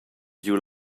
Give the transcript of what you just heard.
giu